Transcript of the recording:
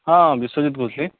ହଁ ବିଶ୍ଵଜିତ କହୁଥିଲି